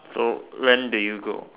hello when did you go